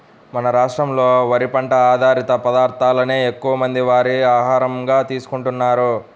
మన రాష్ట్రంలో వరి పంట ఆధారిత పదార్ధాలనే ఎక్కువమంది వారి ఆహారంగా తీసుకుంటున్నారు